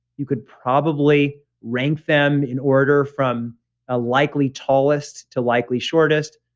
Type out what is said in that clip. you could probably rank them in order from ah likely tallest to likely shortest.